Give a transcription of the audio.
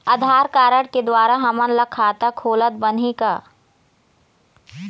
आधार card के द्वारा हमन ला खाता खोलत बनही का?